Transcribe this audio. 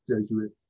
Jesuit